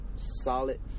solid